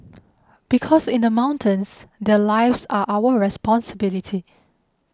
because in the mountains their lives are our responsibility